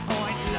Point